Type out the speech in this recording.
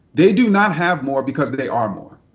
they do not have more because they are more.